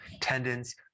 tendons